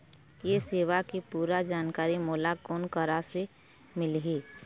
ये सेवा के पूरा जानकारी मोला कोन करा से मिलही?